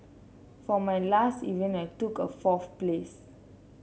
for my last event I took a fourth place